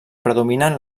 predominen